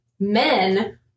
men